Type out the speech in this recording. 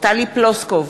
טלי פלוסקוב,